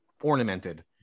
ornamented